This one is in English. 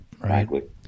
Right